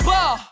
Ball